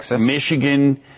Michigan